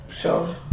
show